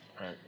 Right